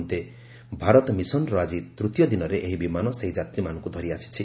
ବନ୍ଦେ ଭାରତ ମିଶନର ଆଜି ତୃତୀୟ ଦିନରେ ଏହି ବିମାନ ସେହି ଯାତ୍ରୀମାନଙ୍କୁ ଧରି ଆସିଛି